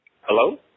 Hello